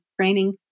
training